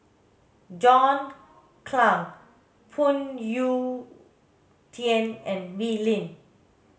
John Clang Phoon Yew Tien and Wee Lin